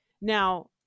Now